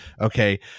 okay